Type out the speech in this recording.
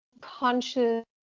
conscious